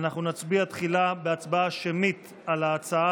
אנחנו נצביע תחילה בהצבעה שמית על ההצעה